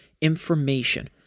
information